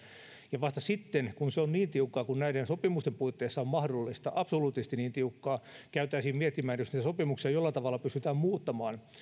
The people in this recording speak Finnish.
ja vasta sitten kun se on niin tiukkaa kuin näiden sopimusten puitteissa on mahdollista absoluuttisesti niin tiukkaa käytäisiin miettimään pystytäänkö näitä sopimuksia jollain tavalla muuttamaan